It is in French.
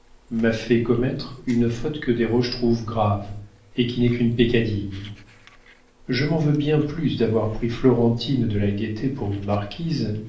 m'a fait commettre une faute que desroches trouve grave et qui n'est qu'une peccadille je m'en veux bien plus d'avoir pris florentine de la gaieté pour une marquise